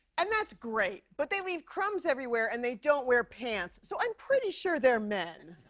and that's great. but they leave crumbs everywhere and they don't wear pants, so i'm pretty sure they're men.